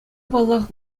паллах